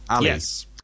yes